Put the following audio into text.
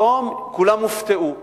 פתאום כולם הופתעו.